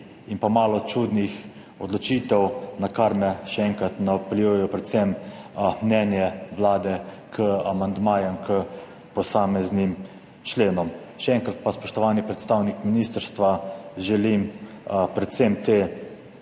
in pa malo čudnih odločitev, na kar me še enkrat napeljujejo predvsem mnenje Vlade k amandmajem k posameznim členom. Še enkrat pa, spoštovani predstavnik ministrstva, želim predvsem te